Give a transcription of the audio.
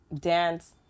dance